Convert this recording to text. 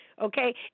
okay